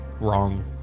wrong